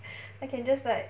I can just like